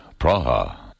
Praha